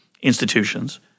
institutions